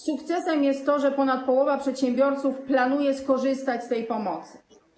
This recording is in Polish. Sukcesem jest to, że ponad połowa przedsiębiorców planuje skorzystać z tej pomocy.